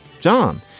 John